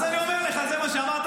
אז אני אומר לך, זה מה שאמרת.